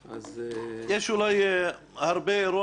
יש הרבה אירוניה,